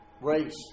race